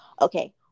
Okay